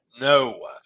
no